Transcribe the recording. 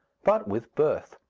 but with birth.